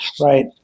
right